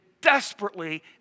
desperately